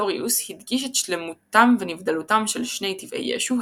נסטוריוס הדגיש את שלמותם ונבדלותם של שני טבעי ישו,